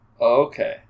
Okay